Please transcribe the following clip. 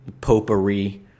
popery